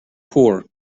poor